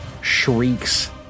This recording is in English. shrieks